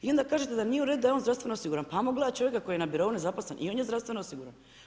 I onda kažete da nije u redu da je on zdravstveno osiguran, pa ajmo gledati čovjeka koji je na birou, nezaposlen, i on je zdravstveno osiguran.